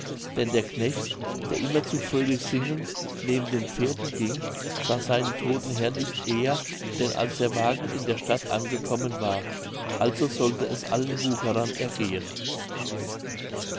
denn der knecht der immerzu fröhlich singend neben den pferden ging sah seinen todten herrn nicht eher denn als der wagen in der stadt angekommen war also sollte es allen wucherern ergehen